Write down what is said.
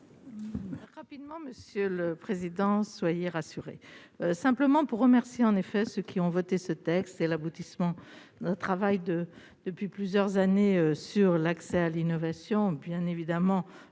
Rapidement, Monsieur le Président, soyez rassurée, simplement pour remercier, en effet, ceux qui ont voté ce texte, c'est l'aboutissement d'un travail de depuis plusieurs années sur l'accès à l'innovation, bien évidemment,